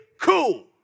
cool